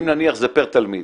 אם נניח זה פר תלמיד,